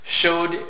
showed